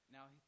Now